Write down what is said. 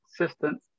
assistant